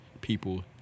people